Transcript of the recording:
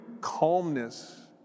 calmness